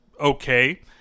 okay